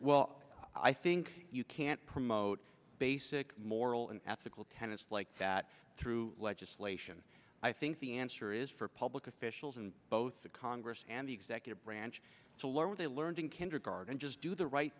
well i think you can't promote basic moral and ethical tenets like that through legislation i think the answer is for public officials and both the congress and the executive branch to learn what they learned in kindergarten just do the right